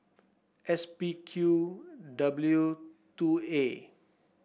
S P Q W two A